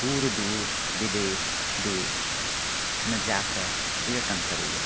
दूर दूर विदेश देशमे जाकऽ पर्यटन करैए